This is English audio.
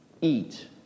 eat